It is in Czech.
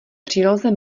příloze